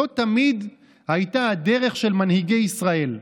זו תמיד הייתה הדרך של מנהיגי ישראל.